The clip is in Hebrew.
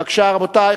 בבקשה, רבותי.